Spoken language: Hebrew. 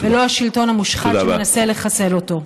ולא השלטון המושחת שמנסה לחסל אותו.